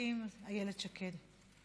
המשפטים איילת שקד.